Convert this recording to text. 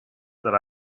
that